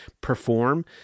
perform